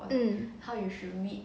mm